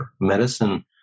Medicine